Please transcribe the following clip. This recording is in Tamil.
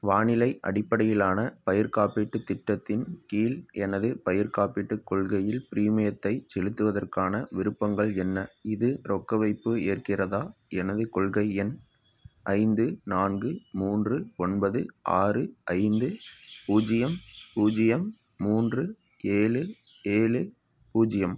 வானிலை அடிப்படையிலான பயிர் காப்பீட்டு திட்டத்தின் கீழ் எனது பயிர் காப்பீட்டு கொள்கையில் ப்ரீமியத்தைச் செலுத்துவதற்கான விருப்பங்கள் என்ன இது ரொக்க வைப்பு ஏற்கிறதா எனது கொள்கை எண் ஐந்து நான்கு மூன்று ஒன்பது ஆறு ஐந்து பூஜ்ஜியம் பூஜ்ஜியம் மூன்று ஏழு ஏழு பூஜ்ஜியம்